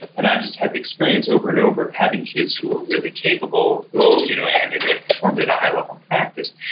and i just had the experience over and over of having kids who were really capable you know and performed at a high level in practice,